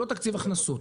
הוא לא תקציב הכנסות.